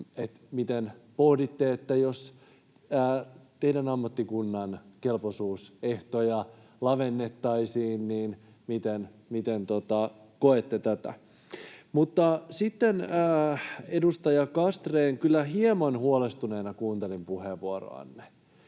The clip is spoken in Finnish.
Miten pohditte, jos teidän ammattikuntanne kelpoisuusehtoja lavennettaisiin? Miten koette tämän? Mutta sitten, edustaja Castrén, kyllä hieman huolestuneena kuuntelin puheenvuoroanne.